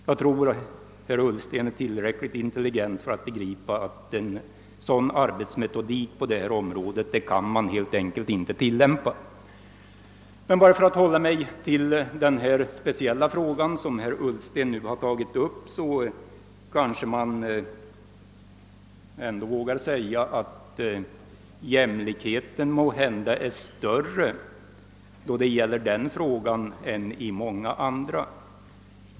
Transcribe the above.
Jag tror herr Ullsten är tillräckligt intelligent för att begripa att man helt enkelt inte kan tillämpa en sådan arbetsmetodik på detta område. För att hålla mig till den speciella fråga som herr Ullsten tagit upp kan jag säga att jämlikheten måhända är större då det gäller den frågan än i många andra.